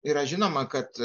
yra žinoma kad